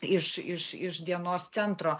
iš iš iš dienos centro